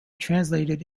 translated